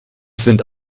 sind